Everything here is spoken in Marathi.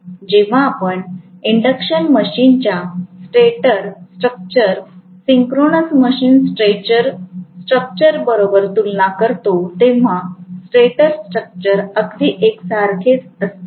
जेव्हा आपण इंडक्शन मशीन स्टेटर स्ट्रक्चरची सिंक्रोनस मशीन स्टेटर स्ट्रक्चर बरोबर तुलना करतो तेव्हा स्टेटर स्ट्रक्चर अगदी एकसारखीच असते